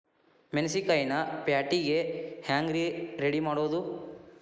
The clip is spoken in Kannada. ಮೆಣಸಿನಕಾಯಿನ ಪ್ಯಾಟಿಗೆ ಹ್ಯಾಂಗ್ ರೇ ರೆಡಿಮಾಡೋದು?